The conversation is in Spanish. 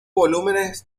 volúmenes